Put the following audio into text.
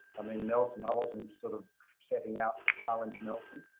i mean, nelson i wasn't sort of setting out to challenge nelson.